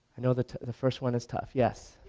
know the the first one is tough. yes?